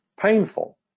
Painful